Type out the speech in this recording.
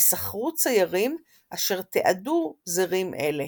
ושכרו ציירים אשר תיעדו זרים אלה.